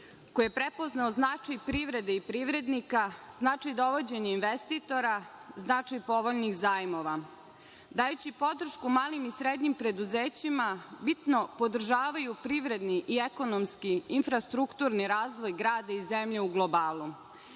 koji je prepoznao značaj privrede i privrednika, značaj dovođenja investitora, značaj povoljnih zajmova. Dajući podršku malim i srednjim preduzećima, bitno podržavaju privredni i ekonomski infrastrukturni razvoj grada i zemlje u globalu,